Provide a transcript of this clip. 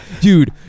dude